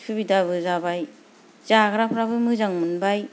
सुबिदाबो जाबाय जाग्राफ्राबो मोजां मोनबाय